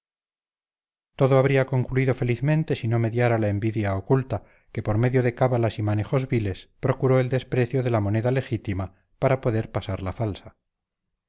todo habría concluido felizmente si no mediara la envidia oculta que por medio de cábalas y manejos viles procuró el deprecio de la moneda legítima para poder pasar la falsa